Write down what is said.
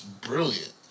brilliant